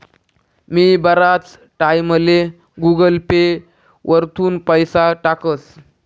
मी बराच टाईमले Google Pay वरथून पैसा टाकस